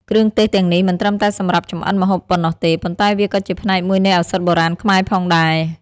គ្រឿងទេសទាំងនេះមិនត្រឹមតែសម្រាប់ចម្អិនម្ហូបប៉ុណ្ណោះទេ ប៉ុន្តែវាក៏ជាផ្នែកមួយនៃឱសថបុរាណខ្មែរផងដែរ។